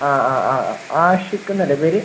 ആ ആ ആ ആഷിഖെന്ന് അല്ലെ പേര്